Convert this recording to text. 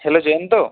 hello Jayanta